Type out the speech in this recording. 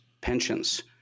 pensions